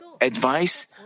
advice